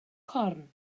corn